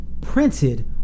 printed